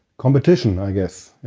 competition, i guess. yeah,